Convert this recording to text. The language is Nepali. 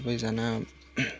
सबैजना